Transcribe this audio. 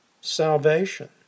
salvation